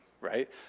right